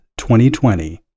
2020